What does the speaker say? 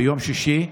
ביום שישי,